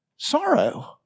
Sorrow